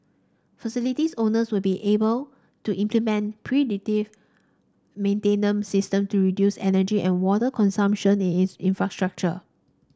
facility owners will be able to implement predictive maintenance systems to reduce energy and water consumption in its infrastructure